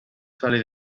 sale